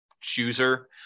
chooser